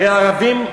הרי ערבים,